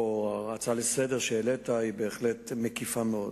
שההצעה לסדר-היום שהעלית, היא בהחלט מקיפה מאוד.